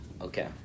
Okay